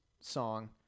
song